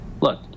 Look